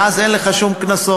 ואז אין לך שום קנסות.